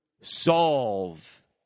solve